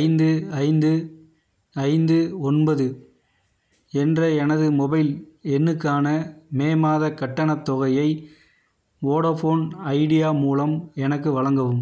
ஐந்து ஐந்து ஐந்து ஒன்பது என்ற எனது மொபைல் எண்ணுக்கான மே மாதக் கட்டணத் தொகையை வோடஃபோன் ஐடியா மூலம் எனக்கு வழங்கவும்